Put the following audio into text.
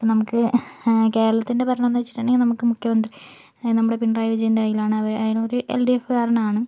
നമുക്ക് കേരളത്തിൻറെ ഭരണം എന്ന് വെച്ചിട്ടുണ്ടെങ്കിൽ നമുക്ക് മുഖ്യമന്ത്രി അതായത് നമ്മുടെ പിണറായി വിജയൻ്റെ കയ്യിലാണ് അയാളൊരു എൽ ഡി എഫ് കാരനാണ്